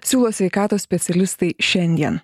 siūlo sveikatos specialistai šiandien